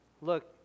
look